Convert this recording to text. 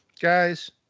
Guys